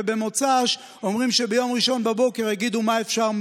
במוצ"ש אומרים שביום ראשון בבוקר יגידו מה אפשר,